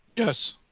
yes,